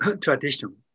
tradition